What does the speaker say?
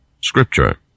Scripture